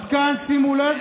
אז שימו לב,